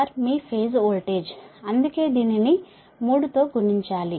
VR మీ phase voltage అందుకే దీనిని 3 తో గుణించాలి